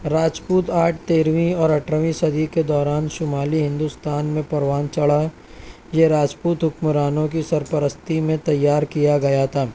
Rajput art تیرھویں اور اٹھرہویں صدی کے دوران شمالی ہندوستان میں پروان چڑھا یہ راجپوت حکمرانوں کی سرپرستی میں تیار کیا گیا تھا